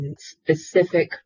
specific